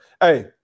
hey